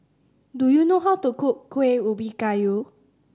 do you know how to cook Kueh Ubi Kayu